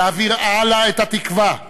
להעביר הלאה את התקווה,